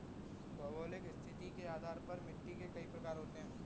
भौगोलिक स्थिति के आधार पर मिट्टी के कई प्रकार होते हैं